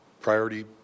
priority